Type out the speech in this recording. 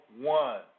one